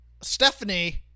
Stephanie